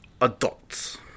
adults